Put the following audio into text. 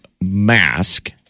mask